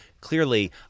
clearly